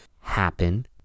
happen